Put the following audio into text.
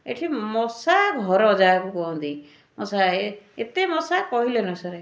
ଏଠି ମଶା ଘର ଯାହାକୁ କୁହନ୍ତି ମଶା ଏ ଏତେ ମଶା କହିଲେ ନ ସରେ